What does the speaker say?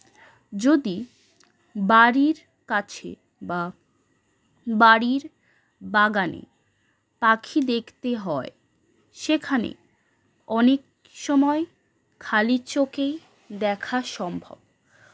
অথচ যদি বাড়ির কাছে বা বাড়ির বাগানে পাখি দেখতে হয় সেখানে অনেক সময় খালি চোখেই দেখা সম্ভব